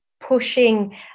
pushing